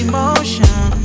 Emotion